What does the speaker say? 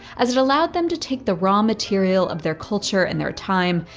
as it allowed them to take the raw material of their culture and their time,